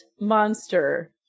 monster